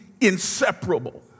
inseparable